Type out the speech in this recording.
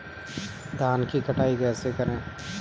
धान की कटाई कैसे करें?